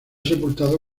sepultado